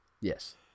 Yes